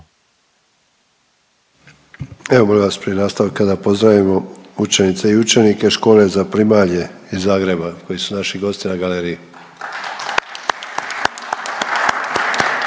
Evo, molim vas prije nastavka da pozdravimo učenice i učenike Škole za primalje iz Zagreba, koji su naši gosti na galeriji.